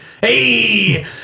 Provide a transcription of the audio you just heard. hey